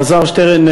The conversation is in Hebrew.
אלעזר שטרן,